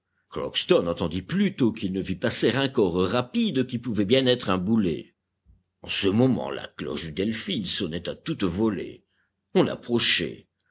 de l'embarcation crockston entendit plutôt qu'il ne vit passer un corps rapide qui pouvait bien être un boulet en ce moment la cloche du delphin sonnait à toute volée on approchait